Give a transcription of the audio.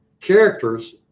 characters